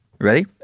Ready